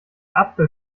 apfel